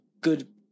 good